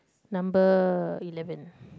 number eleven